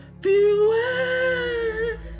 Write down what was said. Beware